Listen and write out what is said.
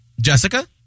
Jessica